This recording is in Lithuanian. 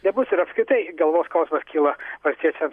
nebus ir apskritai galvos skausmas kyla valstiečiam